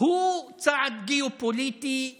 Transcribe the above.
הוא צעד גיאופוליטי ענק,